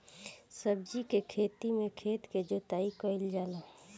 सब्जी के खेती में खेत के जोताई कईल जाला